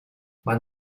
man